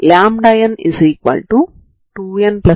ఈ కోఆర్డినేట్ సిస్టంలో లో ఉంటుంది